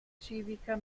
civica